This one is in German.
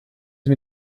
sie